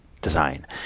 design